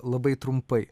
labai trumpai